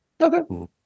Okay